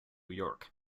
york